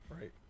right